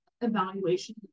evaluation